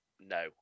no